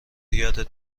یادت